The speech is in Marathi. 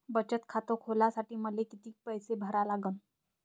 बचत खात खोलासाठी मले किती पैसे भरा लागन?